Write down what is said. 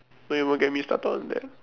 don't even get me started on that